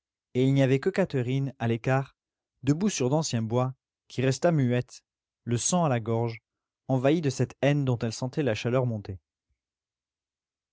et il n'y avait que catherine à l'écart debout sur d'anciens bois qui restât muette le sang à la gorge envahie de cette haine dont elle sentait la chaleur monter